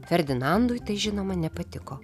ferdinandui tai žinoma nepatiko